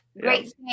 Great